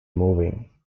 moving